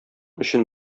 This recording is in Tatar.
өчен